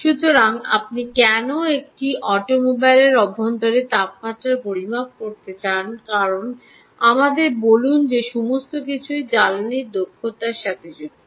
সুতরাং আপনি কেন একটি অটোমোবাইলের অভ্যন্তরে তাপমাত্রা পরিমাপ করতে চান কারণ আমাদের বলুন যে সমস্ত কিছুই জ্বালানী দক্ষতার সাথে যুক্ত